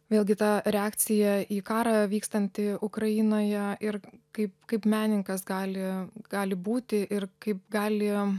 vėlgi ta reakcija į karą vykstantį ukrainoje ir kaip kaip menininkas gali gali būti ir kaip gali